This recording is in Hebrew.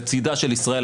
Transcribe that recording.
לצידה של ישראל,